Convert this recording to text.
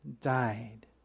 died